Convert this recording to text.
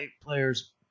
players